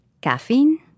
caffeine